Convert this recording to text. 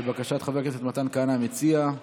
לבקשת חבר הכנסת מתן כהנא, המציע,